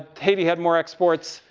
haiti had more exports,